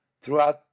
throughout